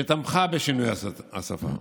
שתמכה בשינוי השפה.